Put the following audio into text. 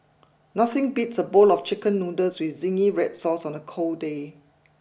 nothing beats a bowl of chicken noodles with zingy Red Sauce on a cold day